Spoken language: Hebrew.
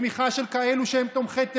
בתמיכה של כאלה שהם תומכי טרור,